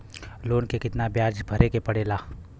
Loan के कितना ब्याज भरे के पड़े ला?